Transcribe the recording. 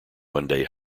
monday